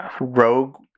rogue